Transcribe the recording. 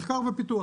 מחקר ופיתוח.